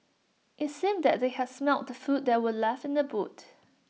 IT seemed that they had smelt the food that were left in the boot